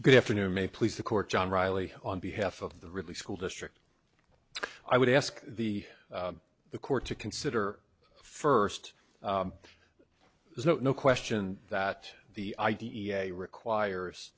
good afternoon may please the court john reilly on behalf of the really school district i would ask the the court to consider first there's no question that the i d e a requires